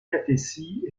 kakhétie